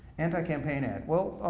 anti campaign ad, well